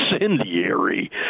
incendiary